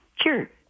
Sure